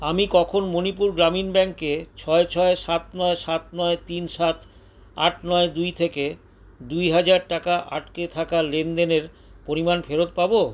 আমি কখন মণিপুর গ্রামীণ ব্যাংকে ছয় ছয় সাত নয় সাত নয় তিন সাত আট নয় দুই থেকে দুই হাজার টাকা আটকে থাকা লেনদেনের পরিমাণ ফেরত পাবো